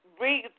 read